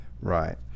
Right